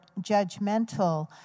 judgmental